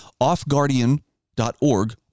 offguardian.org